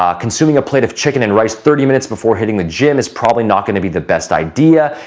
um consuming a plate of chicken and rice thirty minutes before hitting the gym is probably not going to be the best idea.